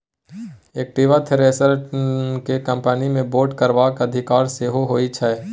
equity shareholders केँ company मे vote करबाक अधिकार सेहो होइ छै